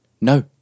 No